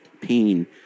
pain